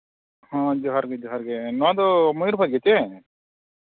ᱡᱚᱦᱟᱨ ᱜᱮ ᱡᱚᱦᱟᱨ ᱜᱮ ᱱᱚᱣᱟᱫᱚ ᱢᱚᱭᱩᱨᱵᱷᱚᱸᱡᱽ ᱜᱮᱪᱮ